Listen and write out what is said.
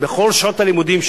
בכל שעות הלימודים.